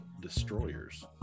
destroyers